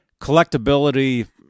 collectability